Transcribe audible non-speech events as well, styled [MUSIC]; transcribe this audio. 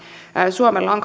suomella on [UNINTELLIGIBLE]